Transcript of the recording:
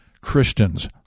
Christians